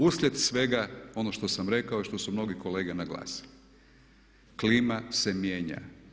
Uslijed svega ono što sam rekao i što su mnogi kolege naglasili, klima se mijenja.